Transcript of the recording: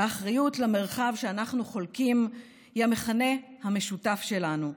האחריות למרחב שאנחנו חולקים היא המכנה המשותף שלנו.